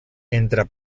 entre